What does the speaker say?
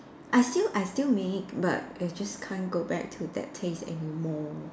I still I still make but I just can't go back to that taste anymore